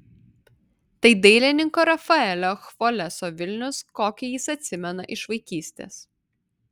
tai dailininko rafaelio chvoleso vilnius kokį jis atsimena iš vaikystės